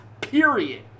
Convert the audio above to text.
period